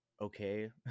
okay